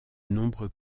nombreux